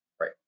Right